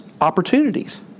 opportunities